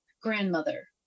grandmother